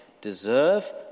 deserve